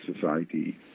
society